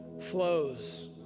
flows